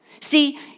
See